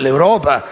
l'Europa